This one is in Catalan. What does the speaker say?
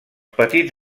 petits